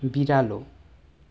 बिरालो